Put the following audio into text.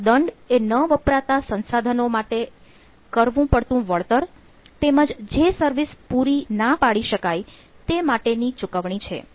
તેમજ દંડ એ ન વપરાતા સંસાધનો માટે કરવું પડતું ભણતર તેમજ જે સર્વિસ પૂરી ન પાડી શકાય તે માટે ની ચુકવણી છે